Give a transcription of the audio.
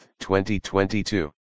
2022